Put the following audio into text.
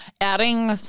Adding